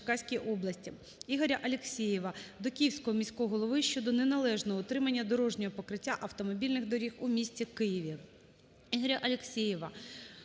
Ігоря Алексєєва